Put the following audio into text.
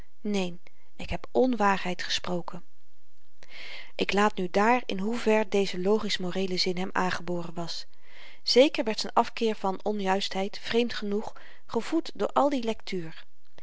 neen ik heb onwaarheid gesproken ik laat nu daar in hoever deze logisch moreele zin hem aangeboren was zeker werd z'n afkeer van onjuistheid vreemd genoeg gevoed door al die lectuur